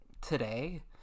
today